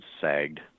sagged